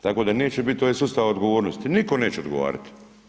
Tako da neće biti ovaj sustav odgovornosti, nitko neće odgovarati.